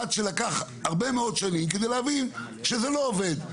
עד שלקח הרבה מאוד שנים כדי להבין שזה לא עובד.